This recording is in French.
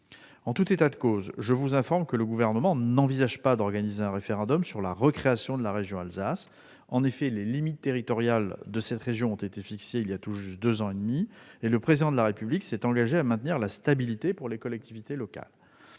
En tout état de cause, je vous informe que le Gouvernement n'envisage pas d'organiser un référendum sur la recréation de la région Alsace. En effet, les limites territoriales de la présente région ont été fixées il y a tout juste deux ans et demi, et le Président de la République s'est engagé à maintenir la stabilité pour les collectivités locales.